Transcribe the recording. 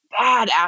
badass